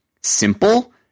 Simple